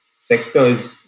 sectors